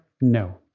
No